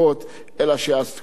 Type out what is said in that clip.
המערך הזה.